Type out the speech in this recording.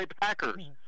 Packers